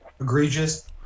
egregious